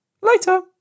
later